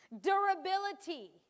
durability